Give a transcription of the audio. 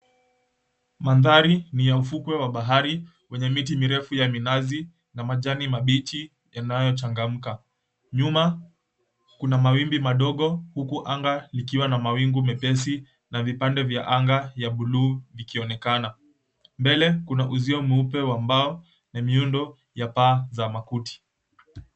Mandhari ya ufukwe wa bahari wenye miti mirefu ya minazi na majani mabichi yanayochangamka. Nyuma kuna mawimbi madogo, huku anga likiwa na mawingu mepesi na vipande vya anga ya buluu vikionekana. Mbele kuna uzio mweupe wa mbao na miundo ya paa za makuti.